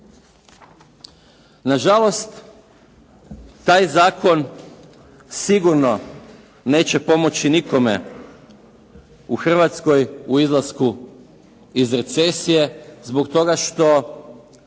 Na žalost, taj zakon sigurno neće pomoći nikome u Hrvatskoj u izlasku iz recesije zbog toga što